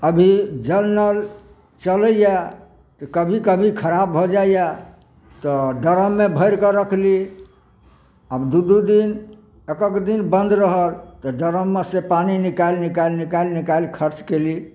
अभी जल नल चलैया तऽ कभी कभी खराब भऽ जाइया तऽ ड्रम मे भरिकऽ रखली अब दू दू दिन एकक दिन बन्द रहल तऽ ड्रममे से पानि निकालि निकालि निकालि निकालि खर्च केली